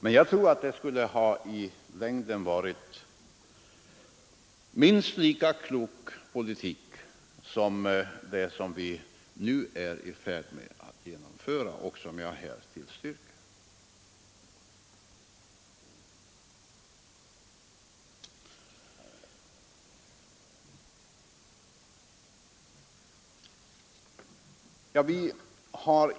Men jag tror att det i längden skulle ha varit minst lika klok politik att framlägga ett sådant förslag som det förslag vi nu är i färd med att genomföra och som jag här tillstyrker.